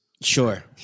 Sure